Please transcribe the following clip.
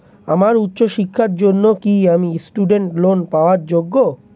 আমার উচ্চ শিক্ষার জন্য কি আমি স্টুডেন্ট লোন পাওয়ার যোগ্য?